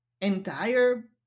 entire